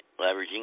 leveraging